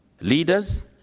leaders